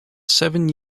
seven